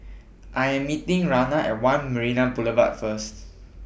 I Am meeting Rianna At one Marina Boulevard First